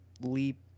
leap